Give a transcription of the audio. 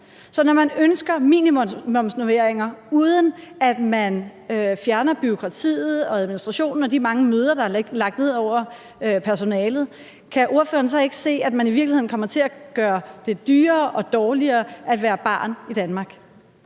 børnene. Man ønsker minimumsnormeringer, men hvis ikke man fjerner bureaukratiet, administrationen og de mange møder, der er lagt ned over personalet, kan ordføreren så ikke se, at man i virkeligheden kommer til at gøre det dyrere og dårligere at være barn i Danmark?